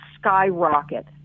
skyrocket